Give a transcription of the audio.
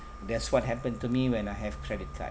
that's what happened to me when I have credit cards